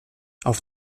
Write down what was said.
auf